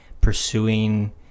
pursuing